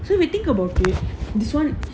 so if you think about it